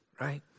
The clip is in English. right